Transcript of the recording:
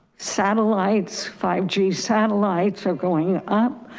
satellites, five g satellites are going up.